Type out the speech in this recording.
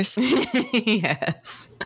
Yes